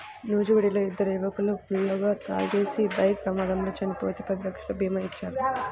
నూజివీడులో ఇద్దరు యువకులు ఫుల్లుగా తాగేసి బైక్ ప్రమాదంలో చనిపోతే పది లక్షల భీమా ఇచ్చారు